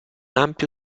ampio